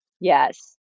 Yes